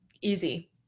easy